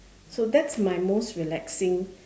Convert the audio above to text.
so that's my most relaxing